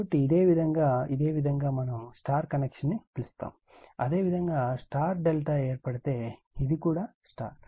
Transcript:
కాబట్టి ఇదే విధంగా ఇదే విధంగా మేము దీనిని Y కనెక్షన్ అని పిలుస్తాము అదేవిధంగా Y ∆ ఏర్పడితే ఇది కూడా Y